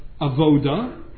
Avoda